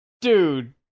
dude